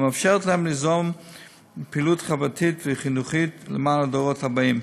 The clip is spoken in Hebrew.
המאפשרת להם ליזום פעילות חברתית וחינוכית למען הדורות הבאים.